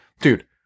Dude